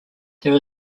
there